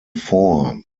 four